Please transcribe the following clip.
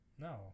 No